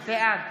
בעד